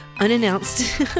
unannounced